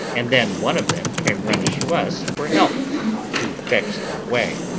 and then one of them came running to us for help to fetch them away.